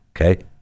Okay